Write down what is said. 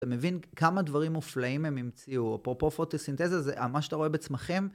אתה מבין כמה דברים מופלאים הם המציאו, פה פוטוסינתזה זה מה שאתה רואה בצמחים.